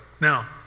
Now